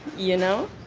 you know?